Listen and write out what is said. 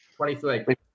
23